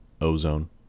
ozone